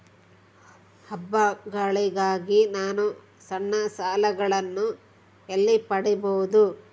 ಹಬ್ಬಗಳಿಗಾಗಿ ನಾನು ಸಣ್ಣ ಸಾಲಗಳನ್ನು ಎಲ್ಲಿ ಪಡಿಬಹುದು?